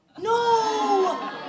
No